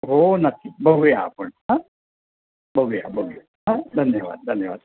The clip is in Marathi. हो नक्की बघूया आपण बघूया बघूया धन्यवाद धन्यवाद